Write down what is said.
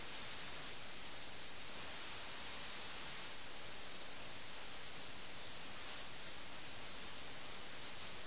എന്തൊരു വേദനാജനകമായ അവസ്ഥ